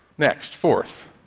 next, fourth